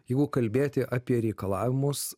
jeigu kalbėti apie reikalavimus